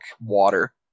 water